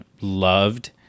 loved